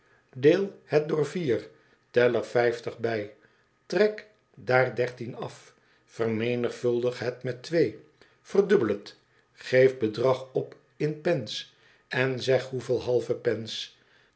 tel er bij trek daar af vermenigvuldig het met verdubbel het geef bedrag op in pence en zeg hoeveel halve pence